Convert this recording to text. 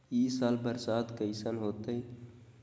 ई साल बरसात कैसन होतय?